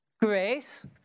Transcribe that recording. Grace